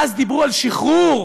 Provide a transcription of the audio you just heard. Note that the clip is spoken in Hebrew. אז דיברו על שחרור,